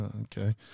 Okay